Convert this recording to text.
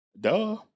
Duh